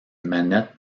manette